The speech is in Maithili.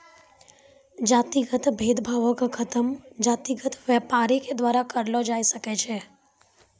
जातिगत भेद भावो के खतम जातिगत व्यापारे के द्वारा करलो जाय सकै छै